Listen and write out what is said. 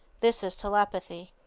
this is telepathy.